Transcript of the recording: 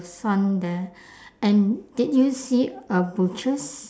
sun there and did you see a butcher's